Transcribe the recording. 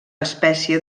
espècie